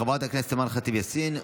חברת הכנסת אימאן ח'טיב יאסין,